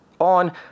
on